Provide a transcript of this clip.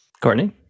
Courtney